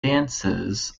dances